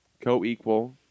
Co-equal